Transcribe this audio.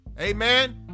amen